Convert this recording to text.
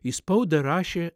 į spaudą rašė